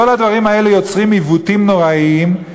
כל הדברים האלה יוצרים עיוותים נוראיים,